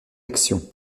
actions